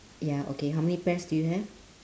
ya okay how many pears do you have